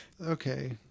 Okay